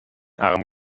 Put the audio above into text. arm